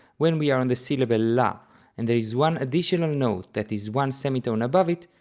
when we are on the syllable la and there is one additional note that is one semitone above it,